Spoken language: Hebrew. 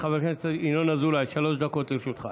חבר הכנסת ינון אזולאי, שלוש דקות לרשותך.